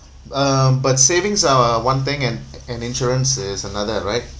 um but savings are one thing and and insurance is another right